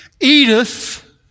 Edith